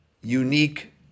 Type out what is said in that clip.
unique